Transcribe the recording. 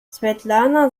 svetlana